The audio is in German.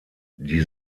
die